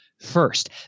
first